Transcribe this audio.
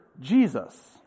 Jesus